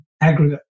aggregate